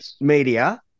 media